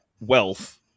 wealth